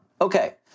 okay